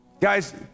Guys